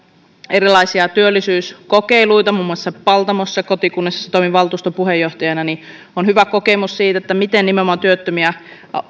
erilaisia työllisyyskokeiluita muun muassa paltamossa kotikunnassani toimin valtuuston puheenjohtajana niin että on hyvä kokemus siitä miten nimenomaan työttömiä